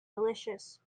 delicious